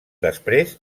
després